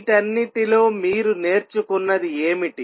వీటన్నిటిలో మీరు నేర్చుకున్నది ఏమిటి